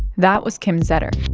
that was kim zetter.